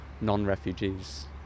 non-refugees